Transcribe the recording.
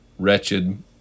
Wretched